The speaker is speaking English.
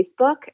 Facebook